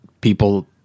people